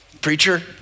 Preacher